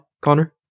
connor